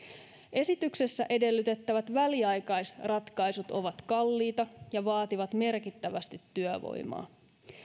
esityksessä edellytettävät väliaikaisratkaisut ovat kalliita ja vaativat merkittävästi työvoimaa